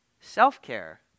Self-care